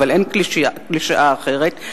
אבל אין קלישאה אחרת,